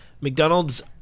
McDonald's